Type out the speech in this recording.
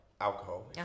alcohol